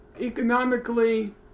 economically